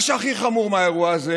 מה שהכי חמור באירוע הזה